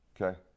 Okay